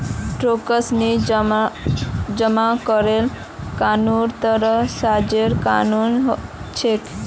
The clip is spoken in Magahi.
टैक्स नी जमा करले कानूनेर तहत सजारो कानून छेक